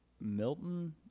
milton